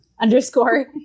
underscore